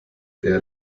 der